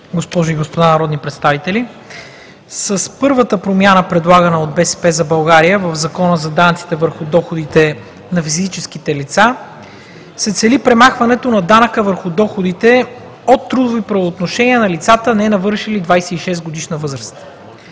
госпожи и господа народни представители! С първата промяна, предлагана от „БСП за България“ в Закона за данъците върху доходите на физическите лица, се цели премахването на данъка върху доходите от трудови правоотношения на лицата, ненавършили 26-годишна възраст.